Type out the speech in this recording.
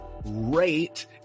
rate